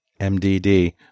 MDD